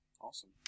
Awesome